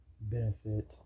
benefit